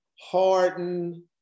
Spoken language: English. Harden